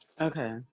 Okay